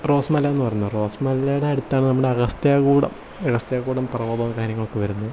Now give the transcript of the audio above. rose മല എന്ന് പറയുന്ന റോസ് മലേട അടുത്താണ് നമ്മുടെ അഗസ്ത്യാർകൂടം അഗസ്ത്യാർകൂടം പർവതോം കാര്യങ്ങളൊക്കെ വരുന്നത്